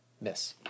Miss